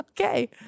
Okay